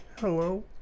hello